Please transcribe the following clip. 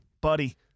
Buddy